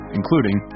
including